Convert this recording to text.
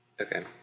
okay